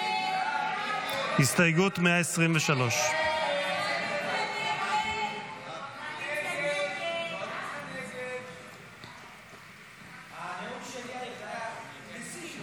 הסתייגות 123. הסתייגות 123